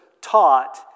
taught